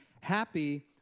happy